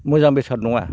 मोजां बेसाद नङा